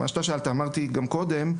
ומה שאתה שאלת אמרתי גם קודם,